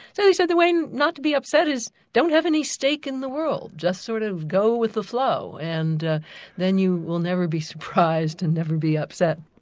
so he said the way not to be upset is don't have any stake in the world, just sort of go with the flow and then you will never be surprised and never be upset.